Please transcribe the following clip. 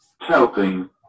helping